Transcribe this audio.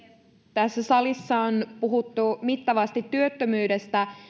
tässä salissa on puhuttu mittavasti työttömyydestä